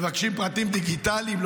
מבקשים פרטים דיגיטליים.